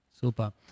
Super